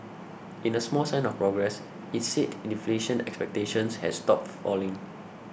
in a small sign of progress it said inflation expectations has stopped falling